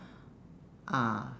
ah